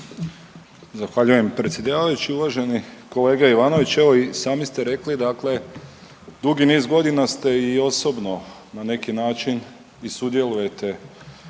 Zahvaljujem predsjedavajući. Uvaženi kolega Ivanović, evo i sami ste rekli dakle dugi niz godina ste i osobno na neki način i sudjelujete